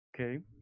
Okay